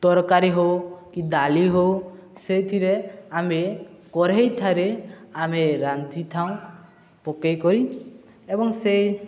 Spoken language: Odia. ତରକାରୀ ହଉ କି ଡାଲି ହଉ ସେଇଥିରେ ଆମେ କଢ଼େଇ ଠାରେ ଆମେ ରାନ୍ଧିଥାଉ ପକାଇ କରି ଏବଂ ସେ